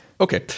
Okay